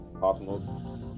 Possible